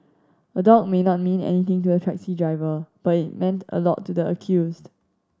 a dog may not mean anything to the taxi driver but it meant a lot to the accused